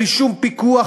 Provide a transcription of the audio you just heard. בלי שום פיקוח,